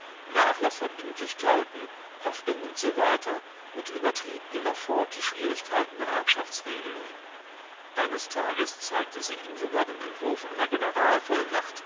nachlasses nachlaßverbindlichkeiten haftung usw und übertrieb immerfort die schwierigkeiten der erbschaftsregelung eines tages zeigte sie ihm sogar den entwurf einer